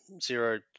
zero